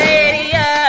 Radio